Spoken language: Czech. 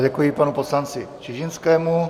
Děkuji panu poslanci Čižinskému.